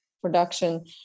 production